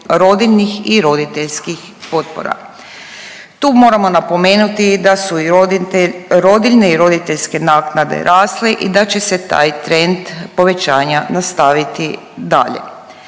rodiljnih i roditeljskih potpora. Tu moramo napomenuti da su i rodiljne i roditeljske naknade rasle i da će se taj trend povećanja nastaviti dalje.